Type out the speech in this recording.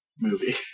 movie